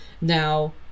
Now